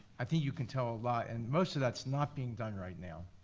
i think you can tell a lot, and most of that's not being done right now.